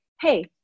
hey